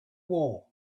war